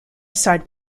side